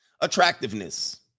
Attractiveness